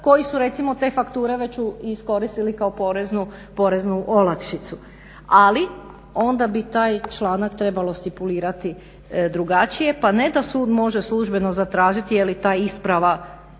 koji su recimo te fakture već iskoristili kao poreznu olakšicu. Ali onda bi taj članak trebalo stipulirati drugačije, pa ne da sud može službeno zatražiti je li ta isprava